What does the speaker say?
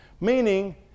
Meaning